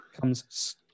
comes